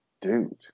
dude